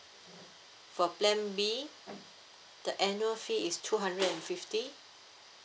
for plan B the annual fee is two hundred and fifty